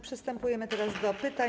Przystępujemy teraz do pytań.